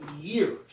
years